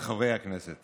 הצעת חוק שמירת הניקיון (הוראת שעה) (תיקון מס' 2),